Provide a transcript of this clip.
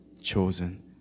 chosen